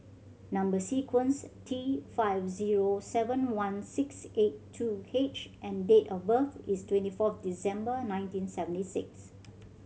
number sequence T five zero seven one six eight two H and date of birth is twenty fourth December nineteen seventy six